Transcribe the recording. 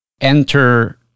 enter